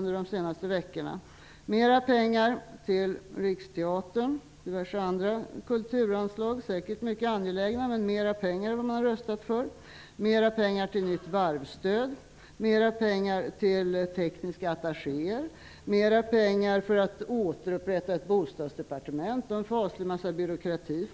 Det gäller mera pengar till Riksteatern och till diverse andra kulturanslag -- säkert mycket angelägna, men det innebär att man har röstat för mera pengar -- mera pengar till nytt varvsstöd, mera pengar till tekniska attachéer, mera pengar för att återupprätta ett bostadsdepartement -- följden blir antagligen en faslig massa byråkrati